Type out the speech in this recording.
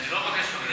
אני לא מבקש, תודה,